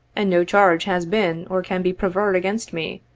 and no charge has been or can be preferred against me,